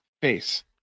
face